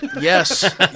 Yes